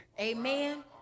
amen